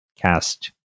cast